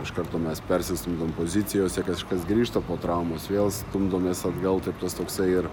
iš karto mes persistumdom pozicijose kažkas grįžta po traumos vėl stumdomės atgal taip tas toksai ir